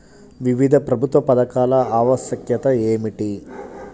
వివిధ ప్రభుత్వ పథకాల ఆవశ్యకత ఏమిటీ?